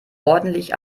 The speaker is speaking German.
ordentlich